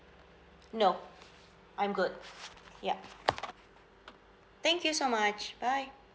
no I'm good ya thank you so much bye